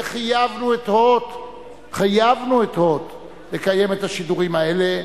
וחייבנו את "הוט" לקיים את השידורים האלה.